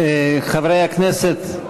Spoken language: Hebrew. חברי הכנסת.